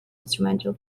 instrumental